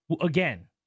again